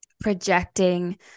projecting